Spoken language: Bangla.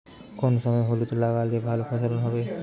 কোন সময় হলুদ লাগালে ভালো ফলন হবে?